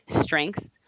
strengths